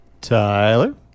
Tyler